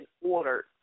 ordered